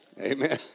Amen